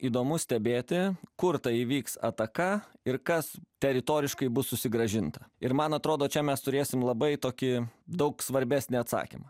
įdomu stebėti kur ta įvyks ataka ir kas teritoriškai bus susigrąžinta ir man atrodo čia mes turėsim labai tokį daug svarbesnį atsakymą